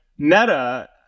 Meta